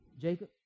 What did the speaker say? Jacob